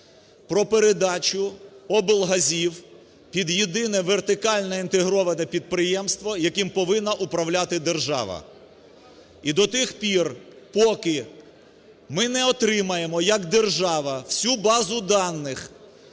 про передачу облгазів під єдине вертикальне інтегроване підприємство, яким повинна управляти держава. І до тих пір поки ми не отримаємо як держава всю базу даних